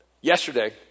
yesterday